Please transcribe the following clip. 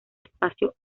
espacio